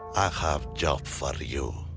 i have job for but you.